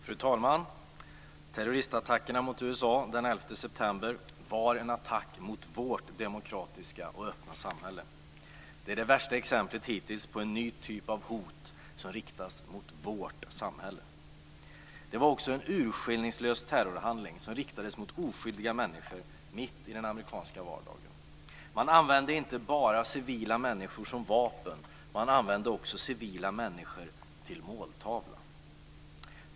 Fru talman! Terroristattackerna mot USA den 11 september var en attack mot vårt demokratiska och öppna samhälle. Det är det värsta exemplet hittills på en ny typ av hot som riktas mot vårt samhälle. Det var också en urskillningslös terrorhandling som riktades mot oskyldiga människor mitt i den amerikanska vardagen. Man använde inte bara civila människor som vapen, man använde också civila människor till måltavla.